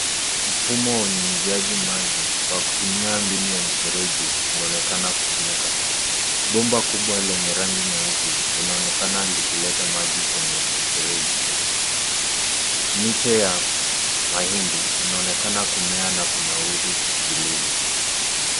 Mfumo wa unyunyuziaji maji kwa kutumia mbinu ya mifereji, unaonekana kutumika. Bomba kubwa lenye rangi nyeusi, linaonekana likileta maji kwenye mifereji. Miche ya mahindi inaonekana kumea na kunawiri vilivyo.